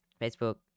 Facebook